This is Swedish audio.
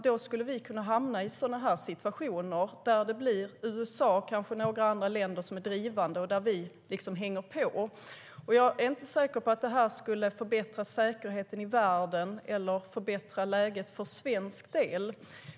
Då skulle vi kunna hamna i sådana här situationer, där USA och kanske några andra länder är drivande och vi hänger på. Jag är inte säker på att det skulle förbättra säkerheten i världen eller förbättra läget för svensk del.